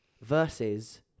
versus